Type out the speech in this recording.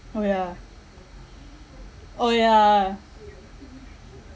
oh ya oh yeah